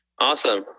Awesome